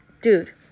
Dude